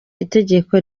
itegeko